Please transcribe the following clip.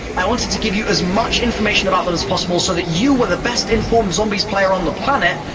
i wanted to give you as much information about them as possible, so that you were the best informed zombies player on the planet.